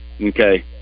okay